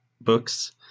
books